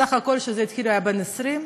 כשזה התחיל הוא היה בן 20,